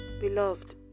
Beloved